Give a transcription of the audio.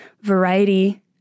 variety